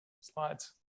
slides